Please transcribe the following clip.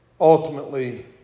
ultimately